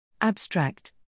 Abstract